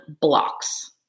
blocks